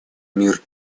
мир